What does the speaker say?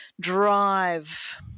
drive